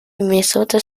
minnesota